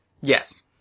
Yes